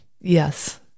yes